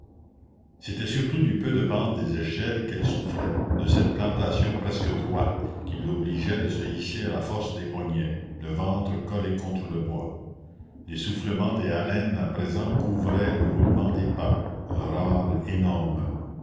c'était surtout du peu de pente des échelles qu'elle souffrait de cette plantation presque droite qui l'obligeait de se hisser à la force des poignets le ventre collé contre le bois l'essoufflement des haleines à présent couvrait le roulement des pas un râle énorme